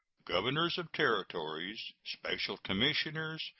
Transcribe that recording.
governors of territories, special commissioners,